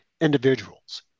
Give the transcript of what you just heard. individuals